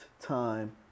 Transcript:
time